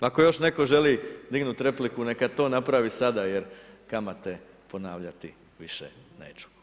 Ako još netko želi dignuti repliku neka to napravi sada je kamate ponavljati više neću.